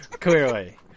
Clearly